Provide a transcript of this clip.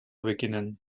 beginnen